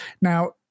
now